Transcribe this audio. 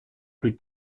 plus